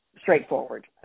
straightforward